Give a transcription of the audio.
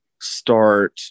start